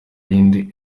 rindi